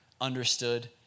understood